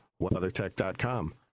WeatherTech.com